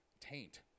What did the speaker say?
taint